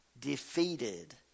defeated